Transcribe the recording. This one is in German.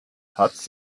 hat